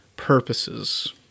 purposes